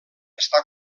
està